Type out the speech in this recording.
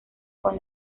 con